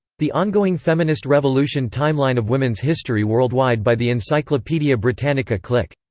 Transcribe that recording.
the ongoing feminist revolution timeline of women's history worldwide by the encyclopaedia britannica click!